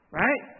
right